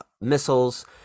missiles